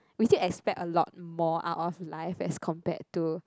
we still expect a lot more out of life as compared to